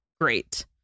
great